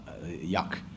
yuck